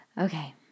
Okay